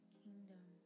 kingdom